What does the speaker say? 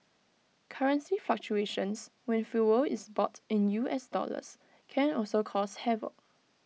currency fluctuations when fuel is bought in U S dollars can also cause havoc